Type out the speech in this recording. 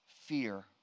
fear